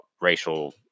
racial